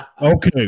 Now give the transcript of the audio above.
Okay